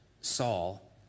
Saul